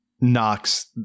knocks